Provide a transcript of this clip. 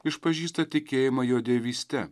išpažįsta tikėjimą jo dievyste